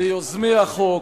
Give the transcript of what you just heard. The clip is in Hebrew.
ליוזמי החוק,